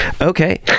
Okay